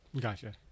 gotcha